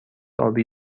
آبی